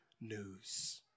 news